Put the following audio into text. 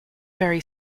very